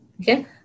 Okay